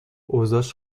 اوضاش